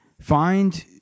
find